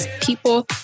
people